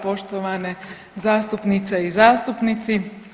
Poštovane zastupnice i zastupnici.